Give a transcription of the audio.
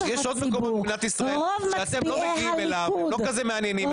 יש עוד מקומות במדינת ישראל שאתם לא מגיעים אליהם והם לא מעניינים אתכם.